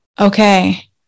okay